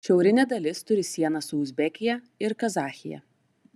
šiaurinė dalis turi sieną su uzbekija ir kazachija